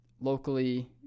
locally